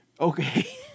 Okay